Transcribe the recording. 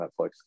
Netflix